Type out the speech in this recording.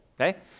okay